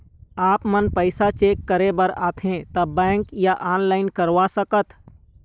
आपमन पैसा चेक करे बार आथे ता बैंक या ऑनलाइन करवा सकत?